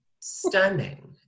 stunning